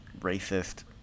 racist